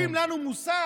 מטיפים לנו מוסר,